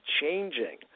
changing